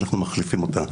אנחנו מחליפים אותה.